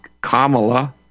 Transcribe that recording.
Kamala